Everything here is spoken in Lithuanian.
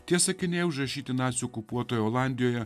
tie sakiniai užrašyti nacių okupuotoje olandijoje